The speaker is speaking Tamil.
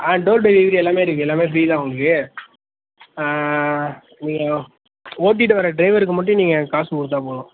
ஆ டோர் டெலிவரி எல்லாமே இருக்குது எல்லாமே ஃப்ரீ தான் உங்களுக்கு நீங்கள் ஓட்டிகிட்டு வர டிரைவருக்கு மட்டும் நீங்கள் காசு கொடுத்தா போதும்